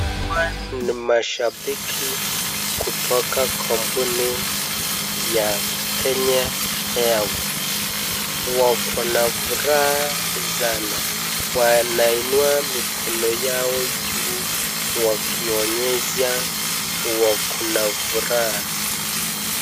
Hawa ni mashabiki kutoka kampuni ya Kenya Airways. Wako nafurahia sana. Wanainua mikono yao juu wakiionyeshia wako nafuraha.